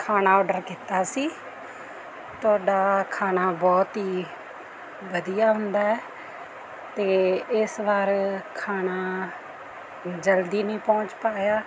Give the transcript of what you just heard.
ਖਾਣਾ ਆਰਡਰ ਕੀਤਾ ਸੀ ਤੁਹਾਡਾ ਖਾਣਾ ਬਹੁਤ ਹੀ ਵਧੀਆ ਹੁੰਦਾ ਅਤੇ ਇਸ ਵਾਰ ਖਾਣਾ ਜਲਦੀ ਨਹੀਂ ਪਹੁੰਚ ਪਾਇਆ